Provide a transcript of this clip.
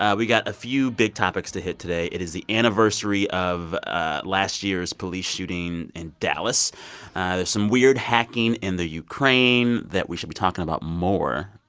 ah got a few big topics to hit today. it is the anniversary of ah last year's police shooting in dallas some weird hacking in the ukraine that we should be talking about more,